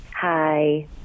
Hi